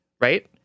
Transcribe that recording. Right